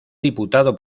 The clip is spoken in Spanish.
diputado